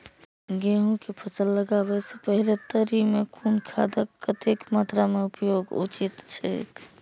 गेहूं के फसल लगाबे से पेहले तरी में कुन खादक कतेक मात्रा में उपयोग उचित छेक?